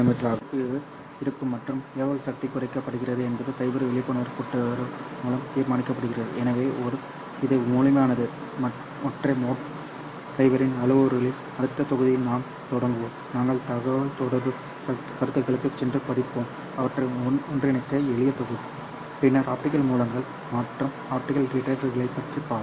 சக்தியில் குறைப்பு இருக்கும் மற்றும் எவ்வளவு சக்தி குறைக்கப்படுகிறது என்பது ஃபைபரின் விழிப்புணர்வு கூட்டுறவு மூலம் தீர்மானிக்கப்படுகிறது எனவே இது முழுமையானது ஒற்றை மோட் ஃபைபரின் அளவுருக்கள் அடுத்த தொகுதியில் நாம் தொடங்குவோம் நாங்கள் தகவல்தொடர்பு கருத்துகளுக்குச் சென்று படிப்போம் அவற்றை ஒன்றிணைக்க எளிய தொகுதி பின்னர் ஆப்டிகல் மூலங்கள் மற்றும் ஆப்டிகல் டிடெக்டர்களைப் பார்ப்போம்